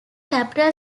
capital